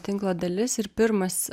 tinklo dalis ir pirmas